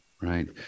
right